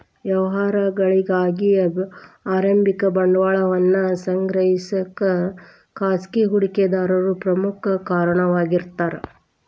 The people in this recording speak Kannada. ವ್ಯವಹಾರಗಳಿಗಿ ಆರಂಭಿಕ ಬಂಡವಾಳವನ್ನ ಸಂಗ್ರಹಿಸಕ ಖಾಸಗಿ ಹೂಡಿಕೆದಾರರು ಪ್ರಮುಖ ಕಾರಣವಾಗಿರ್ತಾರ